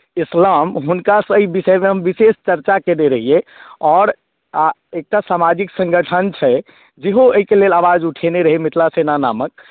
इस्लाम हुनकासँ एहि विषयमे हम विशेष चर्चा कयने रहियै आओर आ एकटा सामाजिक सङ्गठन छै जेहो एहिके लेल आवाज उठेने रहय मिथिला सेना नामक